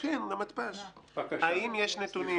שב"חים שמוחזרים?